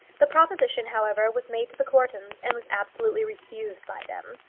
the proposition, however, was made to the courtons, and was absolutely refused by them.